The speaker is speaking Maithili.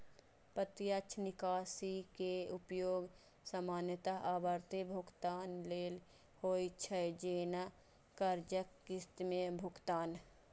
प्रत्यक्ष निकासी के उपयोग सामान्यतः आवर्ती भुगतान लेल होइ छै, जैना कर्जक किस्त के भुगतान